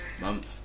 month